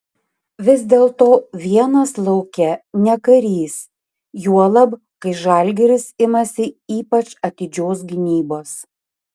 vis dėlto vienas lauke ne karys juolab kai žalgiris imasi ypač atidžios gynybos